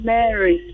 Mary